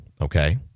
Okay